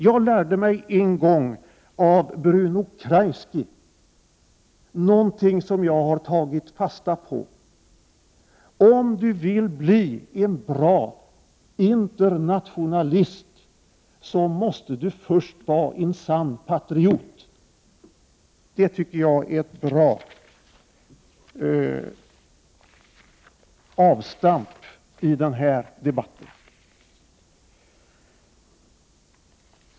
Jag lärde mig en gång av Bruno Kreisky någonting som jag har tagit fasta på: Om du vill bli en bra internationalist, måste du först vara en sann patriot. Det tycker jag är ett bra avstamp i den här debatten.